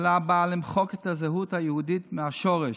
ממשלה שבאה למחוק את הזהות היהודית מהשורש.